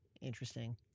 interesting